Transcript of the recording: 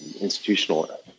institutional